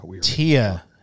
Tia